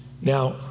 Now